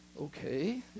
okay